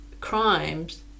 crimes